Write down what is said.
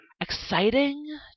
exciting